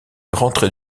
rentré